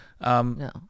No